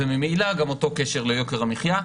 וממילא גם אותו קשר ליוקר המחיה.